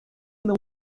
não